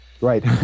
Right